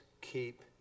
keep